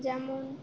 যেমন